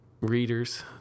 readers